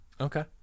okay